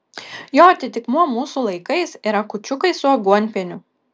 jo atitikmuo mūsų laikais yra kūčiukai su aguonpieniu